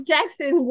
Jackson